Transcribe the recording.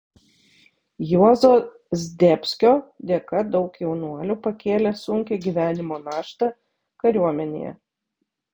juozo zdebskio dėka daug jaunuolių pakėlė sunkią gyvenimo naštą kariuomenėje